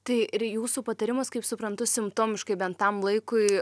tai ir jūsų patarimas kaip suprantu simptomiškai bent tam laikui